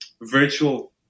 virtual